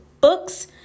books